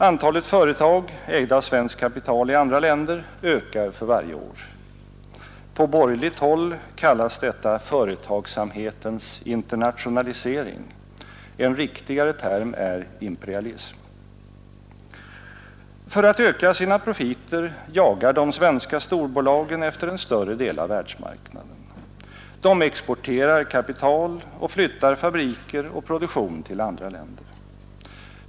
Antalet företag, ägda av svenskt kapital, i andra länder ökar för varje år. På borgerligt håll kallas detta företagsamhetens internationalisering. En riktigare term är imperialism. För att öka sina profiter jagar de svenska storbolagen efter en större del av världsmarknaden. De exporterar kapital och flyttar fabriker och produktion till andra länder.